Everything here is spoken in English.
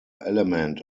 element